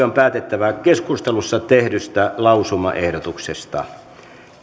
on päätettävä keskustelussa tehdystä lausumaehdotuksesta